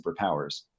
superpowers